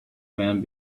men